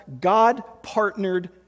God-partnered